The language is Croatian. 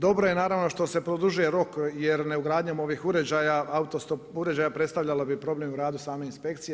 Dobro je naravno što se produžuje rok, jer neugradnjom ovih uređaja auto stop uređaja predstavljala bi problem u radu same inspekcije.